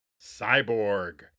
Cyborg